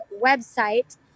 website